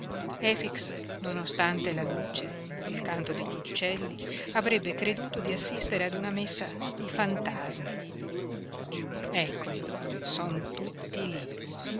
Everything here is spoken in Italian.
efix nonostante la luce il canto degli uccelli avrebbe creduto di assistere ad una messa di fantasmi eccoli son tutti lí